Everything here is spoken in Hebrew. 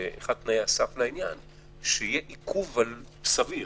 שיהיה עיכוב סביר